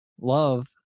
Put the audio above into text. Love